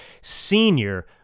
senior